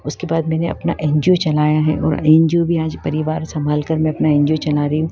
उसके बाद मैंने अपना एन जी ओ चलाया है और एन जी ओ भी आज परिवार सम्भालकर मैं अपना एन जी ओ चला रही हूँ